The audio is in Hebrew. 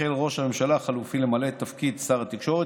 החל ראש הממשלה החלופי למלא את תפקיד שר התקשורת,